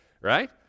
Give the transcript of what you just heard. Right